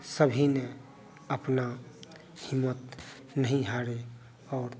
सभी ने अपना हिम्मत नहीं हारे और